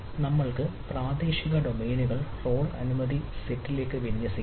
നമ്മൾക്ക് പ്രാദേശിക ഡൊമെയ്നുകൾ റോൾ അനുമതി സെറ്റിലേക്ക് വിന്യസിക്കുന്നു